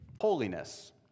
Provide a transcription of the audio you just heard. Holiness